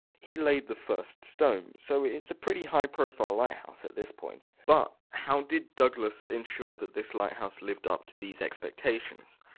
he laid the first stone, so it's a pretty high-profile lighthouse at this point. but how did douglas ensure that this lighthouse lived up to these expectations?